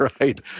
right